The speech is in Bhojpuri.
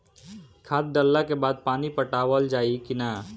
खाद डलला के बाद पानी पाटावाल जाई कि न?